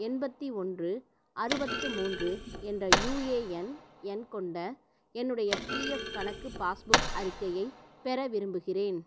எண்பத்தி ஒன்று அறுபத்து மூன்று என்ற யூஏஎன் எண் கொண்ட என்னுடைய பிஎஃப் கணக்கு பாஸ்புக் அறிக்கையை பெற விரும்புகிறேன்